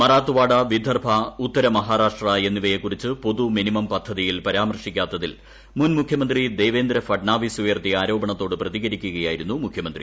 മറാത്ത്വാഡ വിദർഭ ഉത്തര മഹാരാഷ്ട്ര എന്നിവയെക്കുറിച്ച് പൊതു മിനിമം പദ്ധതിയിൽ പരാമർശിക്കാത്തതിൽ മുൻ മുഖ്യമന്ത്രി ദേവേന്ദ്ര ഫട്നാവിസ് ഉയർത്തിയ ആരോപണത്തോട് പ്രതികരിക്കുകയായിരുന്നു മുഖ്യമന്ത്രി